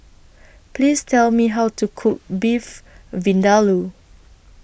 Please Tell Me How to Cook Beef Vindaloo